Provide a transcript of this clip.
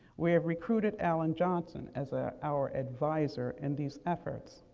we have recruited alan johnson as ah our advisor in these efforts.